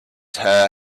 her